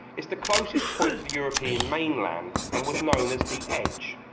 it's the closest point to the european mainland and was known as the edge